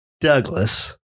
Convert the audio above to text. Douglas